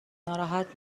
ناراحت